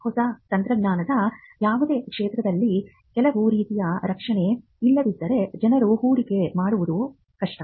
ಹೊಸ ತಂತ್ರಜ್ಞಾನದ ಯಾವುದೇ ಕ್ಷೇತ್ರದಲ್ಲಿ ಕೆಲವು ರೀತಿಯ ರಕ್ಷಣೆ ಇಲ್ಲದಿದ್ದರೆ ಜನರು ಹೂಡಿಕೆ ಮಾಡುವುದು ಕಷ್ಟ